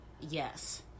yes